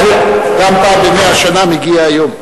גם פעם ב-100 שנה מגיע היום.